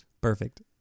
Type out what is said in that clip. Perfect